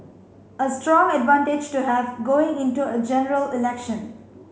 a strong advantage to have going into a General Election